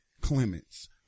Clements